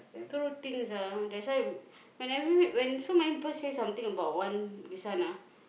two things ah that's why when every when so many people say something about one this one ah